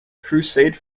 crusade